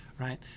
right